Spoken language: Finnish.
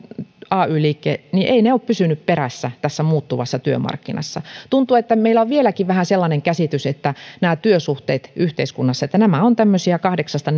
ay liike ole pysyneet perässä tässä muuttuvassa työmarkkinassa tuntuu että meillä on vieläkin vähän sellainen käsitys että nämä työsuhteet yhteiskunnassa ovat tämmöisiä kahdeksasta